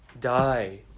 die